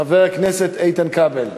חבר הכנסת איתן כבל,